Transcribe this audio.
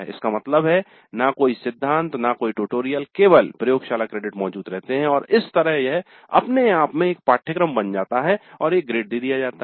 इसका मतलब है न कोई सिद्धांत थ्योरी theory और न ही कोई ट्यूटोरियल केवल प्रयोगशाला क्रेडिट मौजूद रहते हैं और इस तरह यह अपने आप में एक पाठ्यक्रम बन जाता है और एक ग्रेड दे दिया जाता है